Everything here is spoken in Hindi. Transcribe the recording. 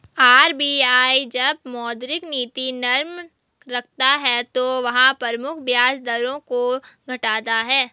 आर.बी.आई जब मौद्रिक नीति नरम रखता है तो वह प्रमुख ब्याज दरों को घटाता है